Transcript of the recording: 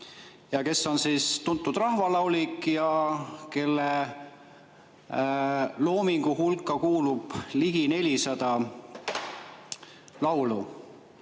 kes on tuntud rahvalaulik ja kelle loomingu hulka kuulub ligi 400 laulu.